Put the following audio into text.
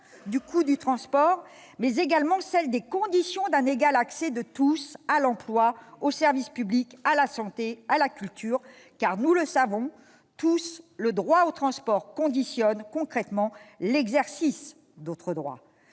du coût du transport, mais aussi celle des conditions d'un égal accès de tous à l'emploi, au service public, à la santé, à la culture ... En effet, nous le savons tous, le droit au transport conditionne concrètement l'exercice d'autres droits.